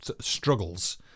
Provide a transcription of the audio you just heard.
struggles